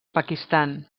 pakistan